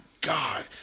God